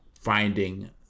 finding